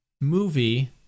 movie